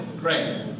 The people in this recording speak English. Great